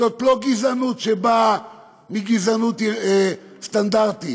זאת לא גזענות שבאה מגזענות סטנדרטית.